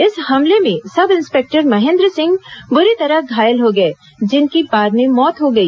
इस हमले में सब इंस्पेक्टर महेंद्र सिंह बुरी तरह घायल हो गए जिनकी बाद में मौत हो गई